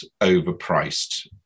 overpriced